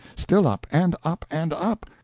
still up and up and up!